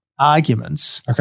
arguments